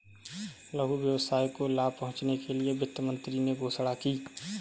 लघु व्यवसाय को लाभ पहुँचने के लिए वित्त मंत्री ने घोषणा की